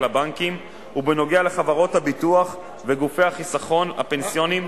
הבנקים ובנוגע לחברות הביטוח וגופי החיסכון הפנסיוניים,